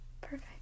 Perfect